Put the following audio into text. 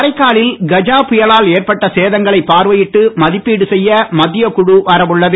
காரைக்காலில் கஜா புயலால் ஏற்பட்ட சேதங்களை பார்வையிட்டு மதிப்பீடு செய்ய மத்திய குழு வரவுள்ளது